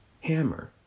hammer